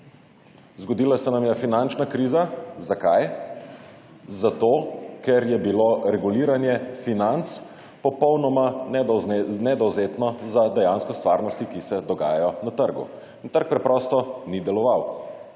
Zgodila se nam je finančna kriza. Zakaj? Zato, ker je bilo reguliranje financ popolnoma nedovzetno za dejansko stvarnosti, ki se dogajajo na trgu in trg preprosto ni deloval.